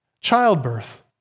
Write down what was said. childbirth